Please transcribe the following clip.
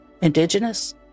indigenous